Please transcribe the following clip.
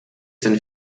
sind